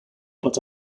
but